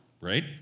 right